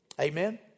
Amen